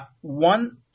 one